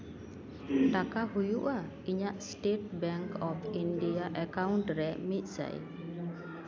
ᱴᱟᱠᱟ ᱦᱩᱭᱩᱜᱼᱟ ᱤᱧᱟᱹᱜ state bank of India account ᱨᱮ ᱢᱤᱫᱥᱟᱭ